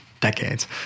decades